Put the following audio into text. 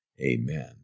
Amen